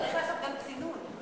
צריך לעשות גם צינון.